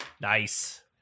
Nice